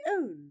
own